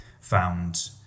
found